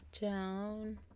down